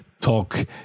talk